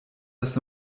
das